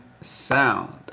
sound